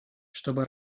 чтобы